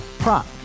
Prop